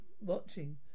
watching